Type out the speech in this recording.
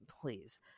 please